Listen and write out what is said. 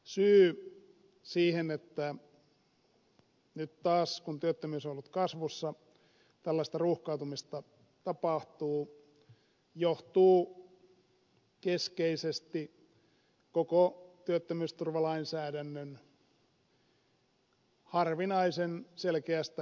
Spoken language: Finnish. syy siihen että nyt kun työttömyys on taas ollut kasvussa tällaista ruuhkautumista tapahtuu johtuu keskeisesti koko työttömyysturvalainsäädännön harvinaisen selkeästä epäselvyydestä